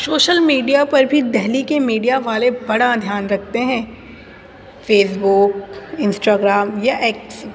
social media پر بھی دلی کے میڈیا والے بڑا دھیان رکھتے ہیں فیس بک انسٹاگرام یا ایکس